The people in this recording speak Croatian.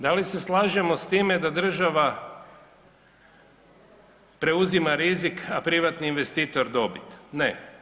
Da li se slažemo s time da država preuzima rizik, a privatni investitor dobit, ne.